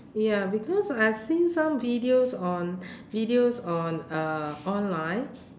ya because I have seen some videos on videos on uh online